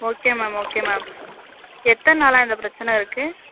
okay ma'am okay ma'am எத்தனை நாளாக இந்த பிரச்சனை இருக்குது